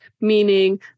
meaning